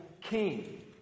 king